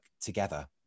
together